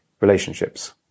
relationships